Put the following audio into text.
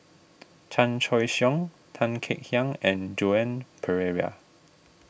Chan Choy Siong Tan Kek Hiang and Joan Pereira